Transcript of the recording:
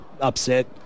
upset